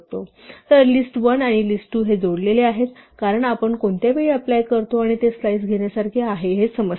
तर लिस्ट 1 आणि लिस्ट 2 हे जोडलेले आहेत कारण आपण कोणत्या वेळी अप्लाय करतो आणि ते स्लाइस घेण्यासारखे आहे हे समजते